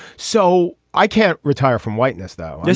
so i can't retire from whiteness though. yeah